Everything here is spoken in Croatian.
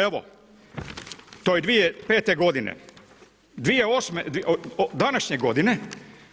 Evo, to je 2005.g. 2008., današnje godine